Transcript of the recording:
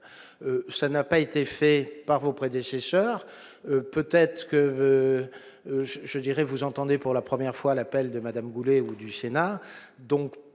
ça n'a pas été fait par vos prédécesseurs, peut-être que je je dirais vous entendez pour la première fois l'appel de Madame Goulet ou du Sénat,